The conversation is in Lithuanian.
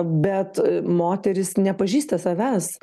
bet moterys nepažįsta savęs